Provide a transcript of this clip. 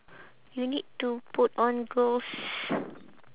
you need to put on girl's